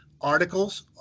articles